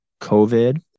COVID